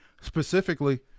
specifically